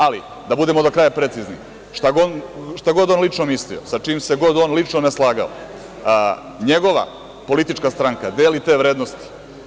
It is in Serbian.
Ali, da budemo do kraja precizni, šta god on lično mislio, sa čim se god on lično ne slagao, njegova politička stranka deli te vrednosti.